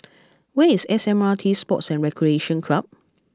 where is S M R T Sports and Recreation Club